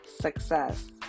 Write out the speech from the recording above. success